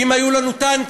אם היו לנו טנקים,